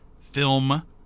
film